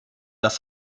das